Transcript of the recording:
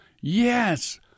yes